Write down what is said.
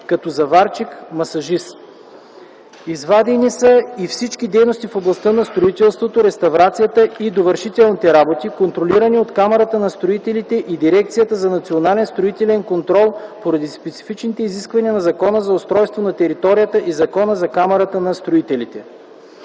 като заварчик, масажист. Извадени са и всички дейности в областта на строителството, реставрацията и довършителните работи, контролирани от Камарата на строителите и Дирекцията за национален строителен контрол поради специфичните изисквания на Закона за устройство на територията и Закона за Камарата на строителите.